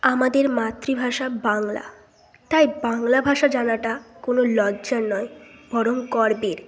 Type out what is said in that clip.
আমাদের মাতৃভাষা বাংলা তাই বাংলা ভাষা জানাটা কোনও লজ্জার নয় বরং গর্বের